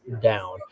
down